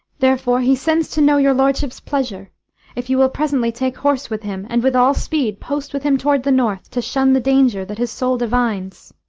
therefore he sends to know your lordship's pleasure if you will presently take horse with him, and with all speed post with him toward the north, to shun the danger that his soul divines.